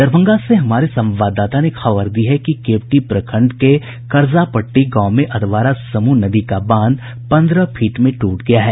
दरभंगा से हमारे संवाददाता ने खबर दी है कि जिले के केवटी प्रखंड के कर्जापट्टी गांव में अधवारा समूह नदी का बांध पन्द्रह फीट में ट्रट गया है